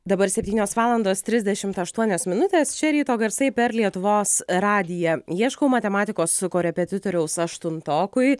dabar septynios valandos trisdešimt aštuonios minutės čia ryto garsai per lietuvos radiją ieškau matematikos korepetitoriaus aštuntokui